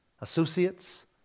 associates